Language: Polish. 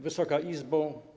Wysoka Izbo!